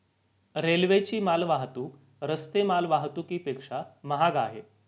रेल्वेची माल वाहतूक रस्ते माल वाहतुकीपेक्षा महाग आहे